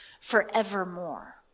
forevermore